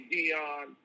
Dion